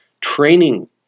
training